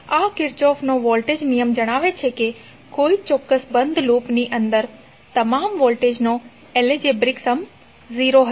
આ કિર્ચોફનો વોલ્ટેજ નિયમ જણાવે છે કે કોઈ ચોક્કસ બંધ લૂપ ની અંદર તમામ વોલ્ટેજનો એલ્જિબ્રિક સમ 0 હશે